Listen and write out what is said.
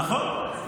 נכון.